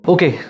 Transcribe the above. Okay